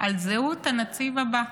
על זהות הנציב הבא.